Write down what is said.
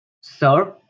Sir